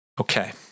Okay